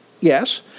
Yes